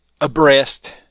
abreast